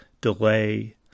delay